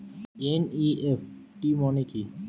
NEFT মনে কি?